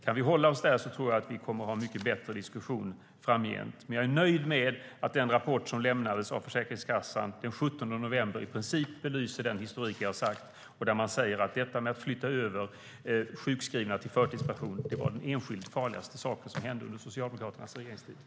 Kan vi hålla oss där tror jag att vi kommer att ha en mycket bättre diskussion framgent. Men jag är nöjd med att den rapport som lämnades av Försäkringskassan den 17 november i princip belyser den historik jag har beskrivit. Man säger att detta med att flytta över sjukskrivna till förtidspension var det enskilt farligaste som hände under Socialdemokraternas regeringstid.